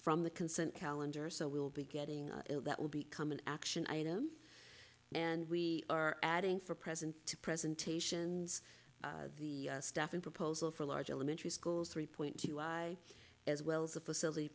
from the consent calendar so we will be getting that will become an action item and we are adding for present to presentations the staffing proposal for large elementary schools three point as well as the facility